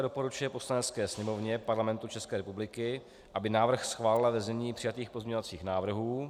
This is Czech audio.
Doporučuje Poslanecké sněmovně Parlamentu České republiky, aby návrh schválila ve znění přijatých pozměňovacích návrhů.